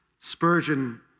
Spurgeon